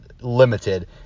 limited